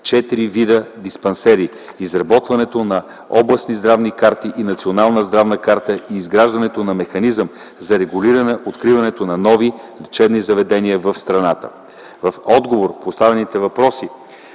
вида диспансери, изработването на областните здравни карти и Националната здравна карта и изграждането на механизъм за регулиране откриването на нови лечебни заведения в страната. В отговор на поставените въпроси